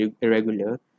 irregular